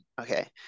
okay